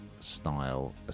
style